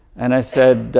and i said,